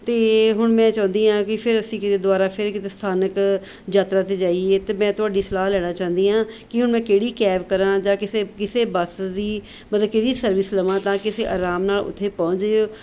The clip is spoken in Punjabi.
ਅਤੇ ਹੁਣ ਮੈਂ ਚਾਹੁੰਦੀ ਹਾਂ ਕਿ ਫਿਰ ਅਸੀਂ ਕਿਤੇ ਦੁਬਾਰਾ ਫਿਰ ਕਿਤੇ ਸਥਾਨਕ ਯਾਤਰਾ 'ਤੇ ਜਾਈਏ ਅਤੇ ਮੈਂ ਤੁਹਾਡੀ ਸਲਾਹ ਲੈਣਾ ਚਾਹੁੰਦੀ ਹਾਂ ਕਿ ਹੁਣ ਮੈਂ ਕਿਹੜੀ ਕੈਬ ਕਰਾਂ ਜਾਂ ਕਿਸੇ ਕਿਸੇ ਬੱਸ ਦੀ ਮਤਲਬ ਕਿਹਦੀ ਸਰਵਿਸ ਲਵਾਂ ਤਾਂ ਕਿ ਅਸੀ ਆਰਾਮ ਨਾਲ ਉੱਥੇ ਪਹੁੰਚ ਜਇਉ